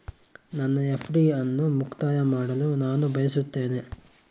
ನನ್ನ ಎಫ್.ಡಿ ಅನ್ನು ಮುಕ್ತಾಯ ಮಾಡಲು ನಾನು ಬಯಸುತ್ತೇನೆ